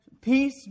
Peace